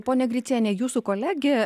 pone griciene jūsų kolegė